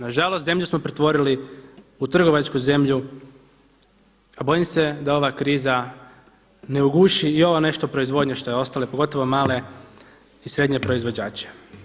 Na žalost zemlju smo pretvorili u trgovačku zemlju, a bojim se da ova kriza ne uguši i ovo nešto proizvodnje što je ostalo i pogotovo male i srednje proizvođače.